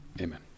Amen